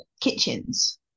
kitchens